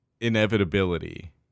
inevitability